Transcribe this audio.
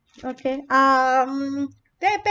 okay um the